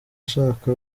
ashaka